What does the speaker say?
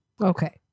okay